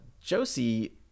Josie